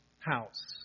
House